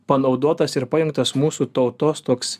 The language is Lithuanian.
panaudotas ir pajungtas mūsų tautos toks